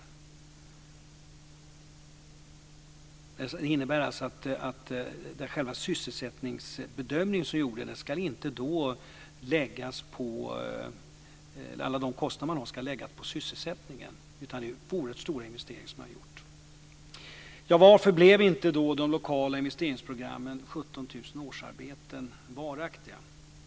Det innebär alltså att alla de kostnader man haft inte ska läggas på sysselsättningen, utan det är oerhört stora investeringar som har gjorts. Varför blev inte de lokala investeringsprogrammens 17 000 årsarbeten varaktiga?